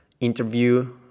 interview